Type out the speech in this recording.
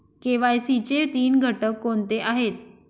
KYC चे तीन घटक कोणते आहेत?